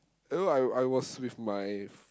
oh I I was with my